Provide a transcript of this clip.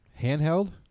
Handheld